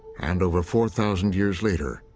and, over four thousand years later,